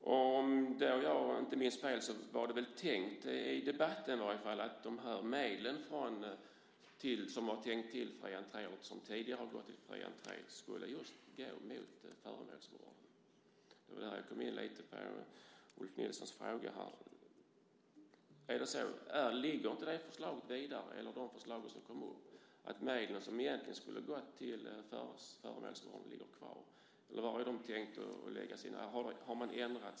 Om jag inte minns fel sades det väl i debatten att det var tänkt att de medel som tidigare hade gått till fri entré skulle gå till just föremålsvård. Det var då jag kom in lite på Ulf Nilssons fråga. Finns inte det förslaget kvar, eller ska medlen för föremålsvård gå till något annat?